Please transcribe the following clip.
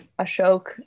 Ashok